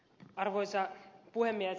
arvoisa puhemies